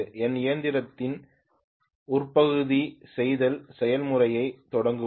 என் இயந்திரத்தில் உற்பத்தி செய்தல் செயல்முறையைத் தொடங்குவது